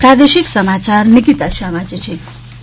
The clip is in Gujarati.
પ્રાદેશિક સમાચાર નિકિતા શાહ વાંચે છે